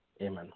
Amen